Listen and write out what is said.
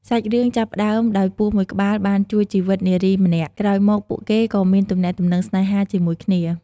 សាច់រឿងចាប់ផ្ដើមដោយពស់មួយក្បាលបានជួយជីវិតនារីម្នាក់ ក្រោយមក ពួកគេក៏មានទំនាក់ទំនងស្នេហាជាមួយគ្នា។